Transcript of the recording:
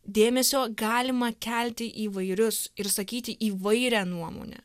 dėmesio galima kelti įvairius ir sakyti įvairią nuomonę